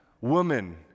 woman